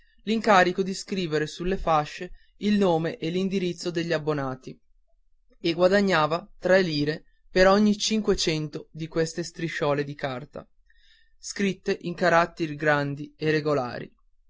l'incarico di scriver sulle fasce il nome e l'indirizzo degli abbonati e guadagnava tre lire per ogni cinquecento di quelle strisciole di